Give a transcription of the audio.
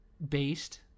based